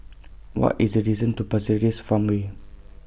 What IS The distance to Pasir Ris Farmway